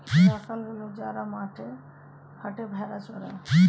রাখাল হল যারা মাঠে ঘাটে ভেড়া চড়ায়